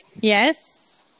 Yes